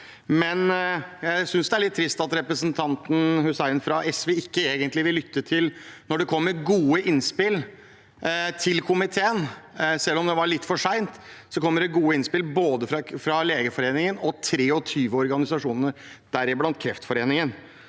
Men jeg synes det er litt trist at representanten Hussein fra SV egentlig ikke vil lytte når det kommer gode innspill til komiteen. Selv om det var litt for sent, kom det gode innspill fra både Legeforeningen og 23 andre organisasjoner, deriblant Kreftforeningen.